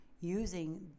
using